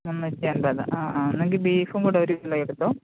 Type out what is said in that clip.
മുന്നൂറ്റി അൻപത് ആ എന്നെങ്കിൽ ബീഫും കൂടെ ഒരു കിലോ എടുത്തോ